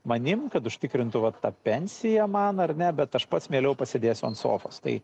manim kad užtikrintų vat tą pensiją man ar ne bet aš pats mieliau pasėdėsiu ant sofos tai